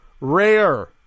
rare